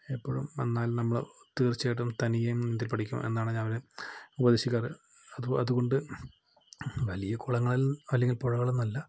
എപ്പോഴും വന്നാൽ നമ്മൾ തീർച്ചയായിട്ടും തനിയെ നീന്തി പഠിക്കണം എന്നാണ് ഞാൻ അവരെ ഉപദേശിക്കാറ് അതുകൊണ്ട് വലിയ കുളങ്ങൾ അല്ലെങ്കിൽ വലിയ പുഴകൾ ഒന്നുമല്ല